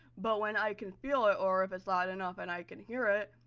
but when i can feel it, or if it's loud enough and i can hear it,